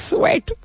Sweat